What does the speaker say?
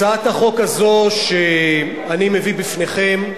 הצעת החוק הזאת, שאני מביא בפניכם,